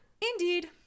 Indeed